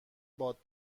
باد